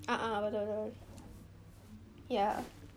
a'ah betul betul ya